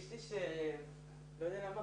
הצעה שהגישו חבר הכנסת ג'אבר עסאקלה,